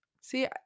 See